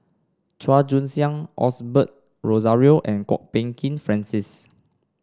Chua Joon Siang Osbert Rozario and Kwok Peng Kin Francis